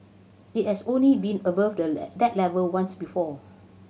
it has only been above that level once before